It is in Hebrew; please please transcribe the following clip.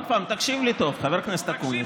עוד פעם, תקשיב לי טוב, חבר הכנסת אקוניס.